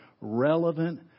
relevant